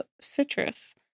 citrus